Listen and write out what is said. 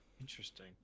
interesting